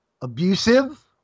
abusive